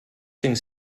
cinc